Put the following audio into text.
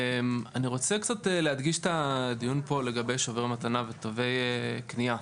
אני רוצה להדגיש את הדיון פה לגבי שוברי מתנה ותווי קנייה.